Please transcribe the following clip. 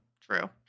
true